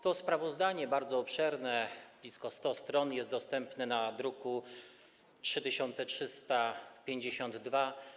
To sprawozdanie, bardzo obszerne, liczące blisko 100 stron, jest dostępne w druku nr 3352.